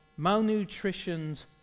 malnutritioned